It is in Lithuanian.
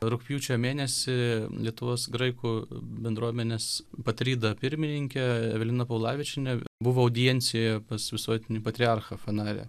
rugpjūčio mėnesį lietuvos graikų bendruomenės patrida pirmininkė evelina paulavičienė buvo audiencijoje pas visuotinį patriarchą fanare